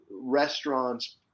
restaurants